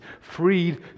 freed